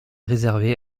réservée